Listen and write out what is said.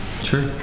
Sure